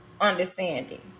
understanding